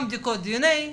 גם בדיקות דנ”א,